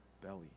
belly